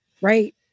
right